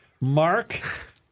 Mark